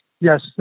Yes